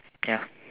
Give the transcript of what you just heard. ya